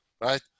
Right